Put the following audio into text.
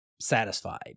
satisfied